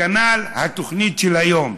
כנ"ל התוכנית של היום: